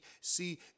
see